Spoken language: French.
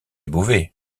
beauvais